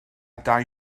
dau